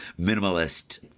minimalist